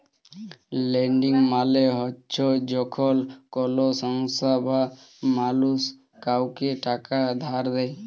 lending মালে চ্ছ যখল কল সংস্থা বা মালুস কাওকে টাকা ধার দেয়